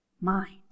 mind